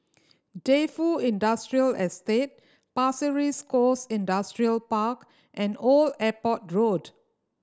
Defu Industrial Estate Pasir Ris Coast Industrial Park and Old Airport Road